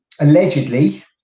allegedly